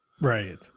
Right